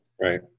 Right